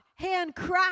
handcrafted